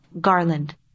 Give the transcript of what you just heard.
garland